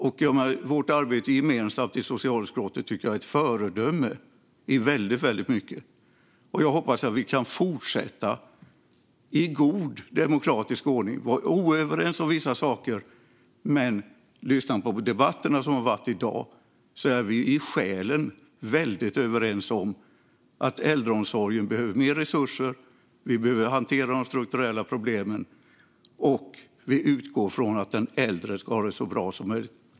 Vårt gemensamma arbete i socialutskottet är ett föredöme i mycket, och jag hoppas att vi kan fortsätta att i god demokratisk ordning vara oöverens i vissa saker. Av dagens debatter vet vi att vi i själen är överens om att äldreomsorgen behöver mer resurser och att de strukturella problemen behöver hanteras. Vi utgår från att den äldre ska ha det så bra som möjligt.